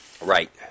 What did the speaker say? Right